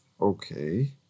Okay